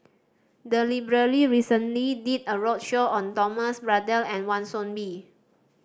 the library recently did a roadshow on Thomas Braddell and Wan Soon Bee